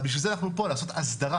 אבל בשביל זה אנחנו פה, לעשות אסדרה.